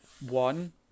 One